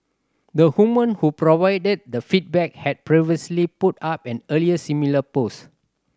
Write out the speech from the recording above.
the woman who provided the feedback had previously put up an earlier similar post